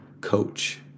Coach